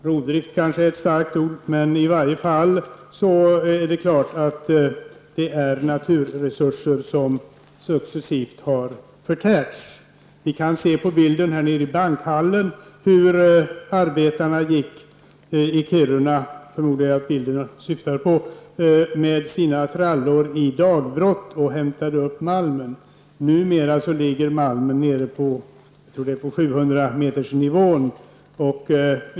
''Rovdrift'' kanske är ett starkt ord, men i varje fall är det klart att naturresurser successivt har förtärts. Vi kan se på bilden nere i bankhallen hur arbetarna -- i Kiruna, förmodar jag att det var -- gick med sina trallor i dagbrott och hämtade upp malmen. Numera finns malmen på 700 metersnivån, tror jag.